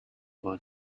would